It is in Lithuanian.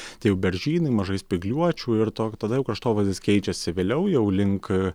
tei jau beržynai mažai spygliuočių ir to tada jau kraštovaizdis keičiasi vėliau jau link